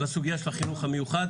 בסוגיה של החינוך המיוחד.